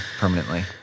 permanently